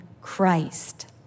Christ